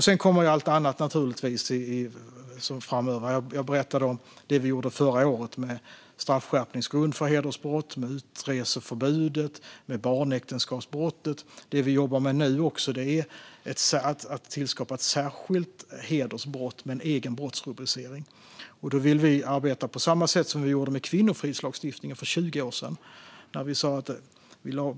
Sedan kommer allt annat framöver. Jag berättade om det vi gjorde förra året med straffskärpningsgrund för hedersbrott, utreseförbudet och barnäktenskapsbrottet. Det vi jobbar med nu är att tillskapa ett särskilt hedersbrott med en egen brottsrubricering. Då vill vi arbeta på samma sätt som vi gjorde med kvinnofridslagstiftningen för 20 år sedan.